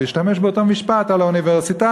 והוא השתמש באותו משפט על האוניברסיטה.